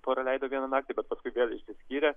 praleido vieną naktį kad paskui vėl išsiskyrė